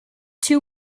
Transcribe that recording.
two